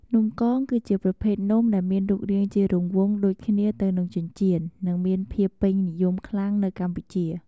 នំកងគឺជាប្រភេទនំដែលមានរូបរាងជារង្វង់ដូចគ្នាទៅនឹងចិញ្ចៀន និងមានភាពពេញនិយមខ្លាំងនៅកម្ពុជា។